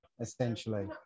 essentially